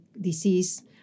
disease